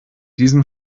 diesen